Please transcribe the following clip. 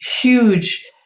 huge